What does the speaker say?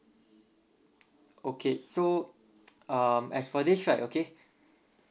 okay so um as for this right okay